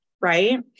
right